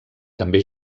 també